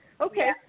Okay